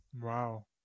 Wow